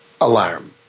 alarm